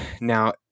Now